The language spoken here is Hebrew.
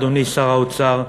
אדוני שר האוצר,